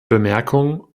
bemerkung